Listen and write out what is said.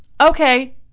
Okay